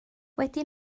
wedi